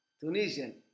Tunisian